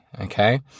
okay